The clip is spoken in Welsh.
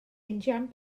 injan